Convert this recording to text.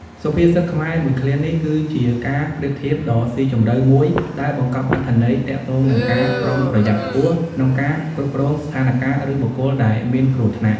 សុភាសិតខ្មែរមួយឃ្លានេះ គឺជាការប្រៀបធៀបដ៏ស៊ីជម្រៅមួយដែលបង្កប់អត្ថន័យទាក់ទងនឹងការប្រុងប្រយ័ត្នខ្ពស់ក្នុងការគ្រប់គ្រងស្ថានការណ៍ឬបុគ្គលដែលមានគ្រោះថ្នាក់ ។